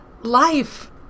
life